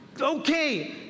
Okay